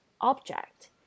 object